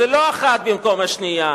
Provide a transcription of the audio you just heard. לא אחת במקום השנייה: